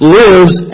lives